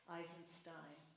Eisenstein